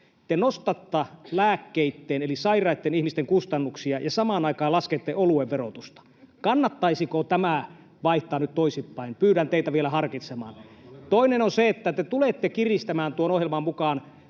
Te nostatte lääkkeitten hintaa eli sairaitten ihmisten kustannuksia ja samaan aikaan laskette oluen verotusta. Kannattaisiko tämä vaihtaa nyt toisinpäin? Pyydän teitä vielä harkitsemaan. Toinen on se, että te tulette kiristämään tuon ohjelman mukaan